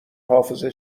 حافظه